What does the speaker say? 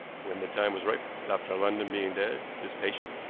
when the time was ripe, dr. london being dead, this patient,